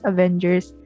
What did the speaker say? Avengers